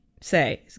say